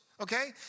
okay